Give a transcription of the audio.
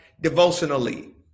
devotionally